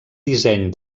disseny